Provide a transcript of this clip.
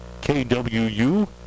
KWU